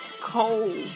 cold